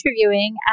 interviewing